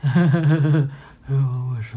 oh